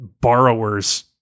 borrowers